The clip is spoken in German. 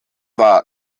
war